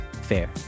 FAIR